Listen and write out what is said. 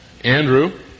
Andrew